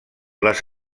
les